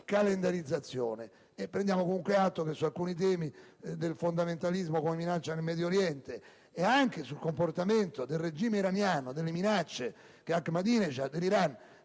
calendarizzazione. Prendiamo comunque atto che su alcuni temi, sul fondamentalismo come minaccia al Medio Oriente e sul comportamento del regime iraniano, con le minacce che Ahmadinejad e l'Iran